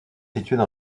situées